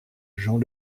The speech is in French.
jean